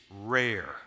rare